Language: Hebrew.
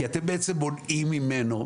כי אתם בעצם מונעים ממנו,